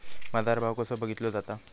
बाजार भाव कसो बघीतलो जाता?